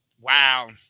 wow